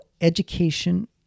education